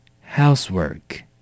Housework